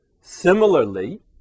Similarly